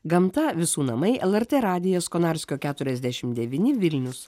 gamta visų namai lrt radijas konarskio keturiasdešim devyni vilnius